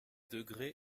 degrés